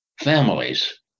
families